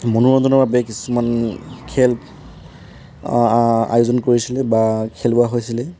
মনোৰঞ্জনৰ বাবে কিছুমান খেল আয়োজন কৰিছিলে বা খেলুৱা হৈছিলে